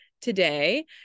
today